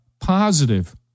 Positive